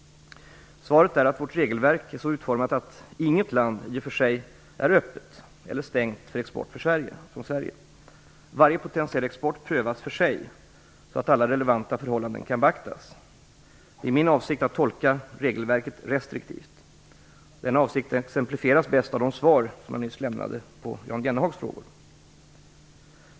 Svaret är att vårt regelverk är så utformat att inget land i och för sig är öppet eller stängt för export från Sverige. Varje potentiell exportprodukt prövas för sig så att alla relevanta förhållanden kan beaktas. Det är min avsikt att tolka regelverket restriktivt. Denna avsikt exemplifieras bäst av de svar jag nyss lämnade på Jan Jennehags frågor.